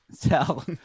tell